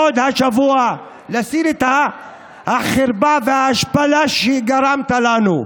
עוד השבוע להסיר את החרפה וההשפלה שגרמת לנו.